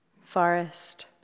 forest